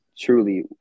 truly